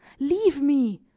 leave me!